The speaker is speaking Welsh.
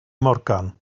morgan